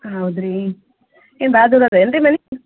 ಹೌದಾ ರೀ ಏನು ಭಾಳ ದೂರ ಅದ ಏನು ರಿ ಮನೆ